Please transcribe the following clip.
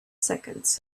seconds